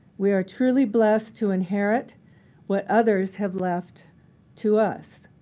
we are truly blessed to inherit what others have left to us.